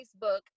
Facebook